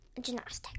Gymnastics